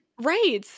Right